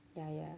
ya ya